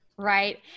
Right